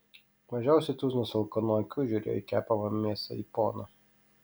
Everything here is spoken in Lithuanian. mažiausiai tuzinas alkanų akių žiūrėjo į kepamą mėsą į poną